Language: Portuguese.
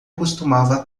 costumava